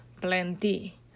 plenty